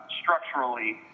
structurally